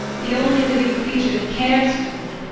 the only living creature that cares for me.